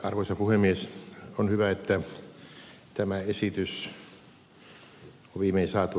tämä esitys on viimein saatu eduskuntaan